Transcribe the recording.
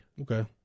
okay